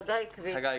חגי עקבי.